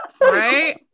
right